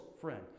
friend